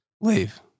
Leave